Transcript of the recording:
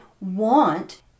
want